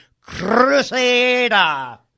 crusader